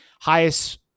Highest